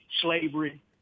slavery